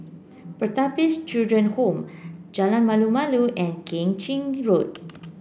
Pertapis Children Home Jalan Malu Malu and Keng Chin Road